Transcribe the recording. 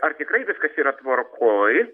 ar tikrai viskas yra tvarkoj